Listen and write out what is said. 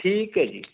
ਠੀਕ ਹੈ ਜੀ